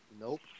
Nope